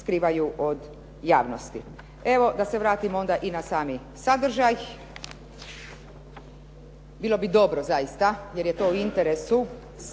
skrivaju od javnosti. Evo, da se vratim onda i na sami sadržaj. Bilo bi dobro zaista jer je to u interesu